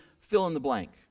fill-in-the-blank